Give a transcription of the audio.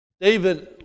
David